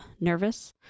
nervous